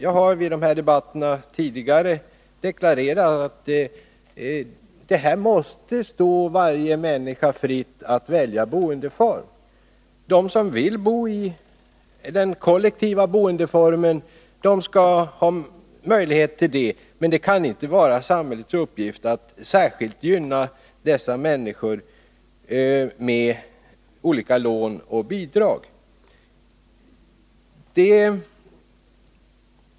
Jag har vid de här debatterna tidigare deklarerat att det måste stå varje människa fritt att välja boendeform. De som vill bo i den kollektiva boendeformen skall ha möjlighet till det, men det kan inte vara samhällets uppgift att särskilt gynna dessa människor med olika lån och bidrag.